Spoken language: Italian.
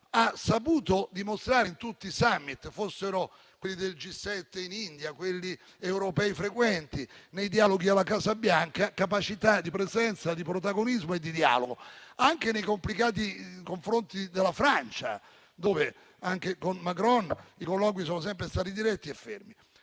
ha saputo dimostrare in tutti i *summit* (fossero quelli del G7 in India, quelli frequenti europei o nei dialoghi alla Casa bianca) capacità di presenza, di protagonismo e di dialogo, anche nei complicati confronti della Francia, dove anche con Macron i colloqui sono sempre stati diretti e fermi.